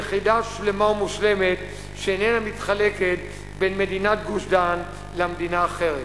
יחידה שלמה ומושלמת שאיננה מתחלקת בין מדינת גוש-דן למדינה האחרת.